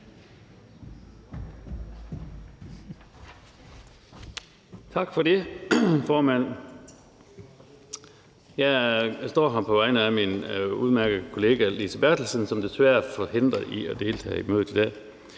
Tak for det, formand. Jeg står her på vegne af min udmærkede kollega Lise Bertelsen, som desværre er forhindret i at deltage i mødet i dag.